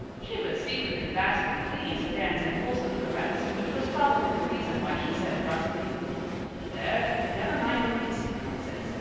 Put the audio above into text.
she was secretly vastly pleased at anne's impulsive caress, which was probably the reason why she said brusquely there, there, never mind your kissing nonsense.